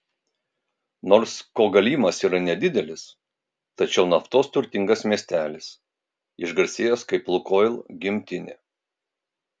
nors kogalymas yra nedidelis tačiau naftos turtingas miestelis išgarsėjęs kaip lukoil gimtinė